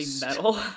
metal